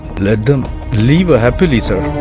let them live ah happily so